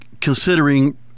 considering